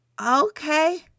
Okay